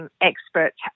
experts